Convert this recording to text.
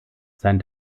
sein